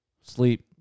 Sleep